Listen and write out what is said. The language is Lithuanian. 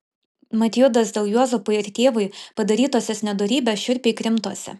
mat judas dėl juozapui ir tėvui padarytosios nedorybės šiurpiai krimtosi